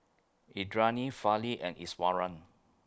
Indranee Fali and Iswaran